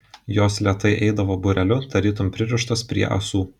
jos lėtai eidavo būreliu tarytum pririštos prie ąsų